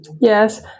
yes